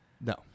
No